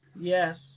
yes